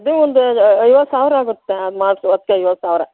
ಅದೂ ಒಂದು ಐವತ್ತು ಸಾವಿರ ಆಗುತ್ತೆ ಮಾಡಿಸಿ ಅದಕ್ಕೆ ಐವತ್ತು ಸಾವಿರ